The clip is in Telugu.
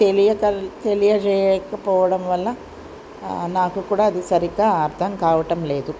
తెలియక తెలియచేయకపోవడం వల్ల నాకు కూడా అది సరిగ్గా అర్థం కావటం లేదు